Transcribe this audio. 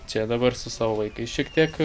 čia dabar su savo vaikais šiek tiek